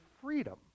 freedom